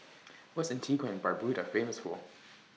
What's Antigua and Barbuda Famous For